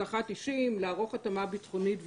אבטחת אישים, לערות התאמה ביטחונית וכו'.